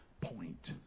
Point